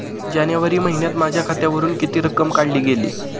जानेवारी महिन्यात माझ्या खात्यावरुन किती रक्कम काढली गेली?